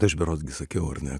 tai aš berods gi sakiau ar ne